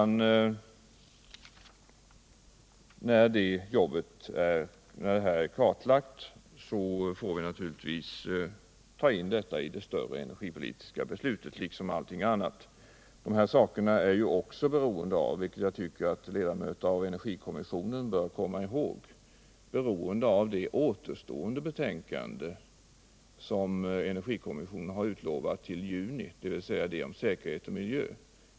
När kartläggningen är gjord får vi naturligtvis ta in den, liksom allt annat, i det större energipolitiska beslutet. De här sakerna är också, vilket jag tycker ledamöterna i energikommissionen bör komma ihåg, beroende av det återstående betänkande som energikommissionen har utlovat till juni, dvs. det som berör säkerhet och miljö.